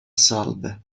salve